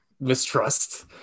mistrust